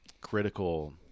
critical